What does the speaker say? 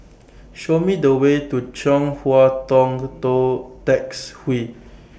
Show Me The Way to Chong Hua Tong Tou Tecks Hwee